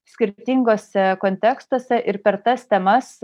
skirtinguose kontekstuose ir per tas temas